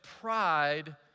pride